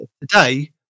today